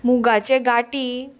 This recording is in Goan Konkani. मुगाचे गाटी